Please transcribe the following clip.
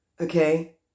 okay